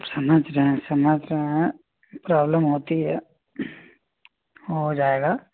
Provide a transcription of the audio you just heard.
समझ रहे हैं समझ रहे हैं प्रॉब्लम होती है हो जायेगा